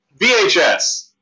VHS